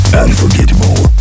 unforgettable